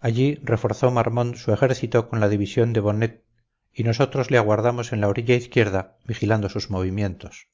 allí reforzó marmont su ejército con la división de bonnet y nosotros le aguardamos en la orilla izquierda vigilando sus movimientos